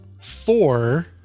four